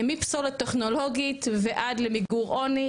מפסולת טכנולוגית ועד למיגור עוני,